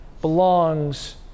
belongs